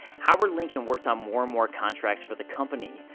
howard lincoln worked on more and more contracts for the company.